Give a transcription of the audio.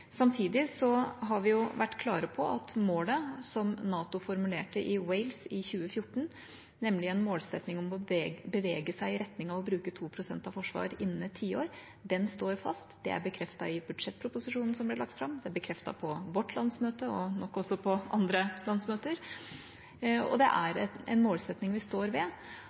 Samtidig har vi vært klare på at målet som NATO formulerte i Wales i 2014, nemlig en målsetting om å bevege seg i retning av å bruke 2 pst. av BNP på forsvar innen et tiår, står fast. Det er bekreftet i budsjettproposisjonen som ble lagt fram, det er bekreftet på vårt landsmøte og nok også på andre landsmøter, og det er en målsetting vi står ved.